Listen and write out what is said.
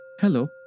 Hello